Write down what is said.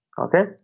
Okay